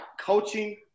coaching